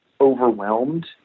overwhelmed